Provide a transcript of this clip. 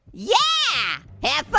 yeah, have but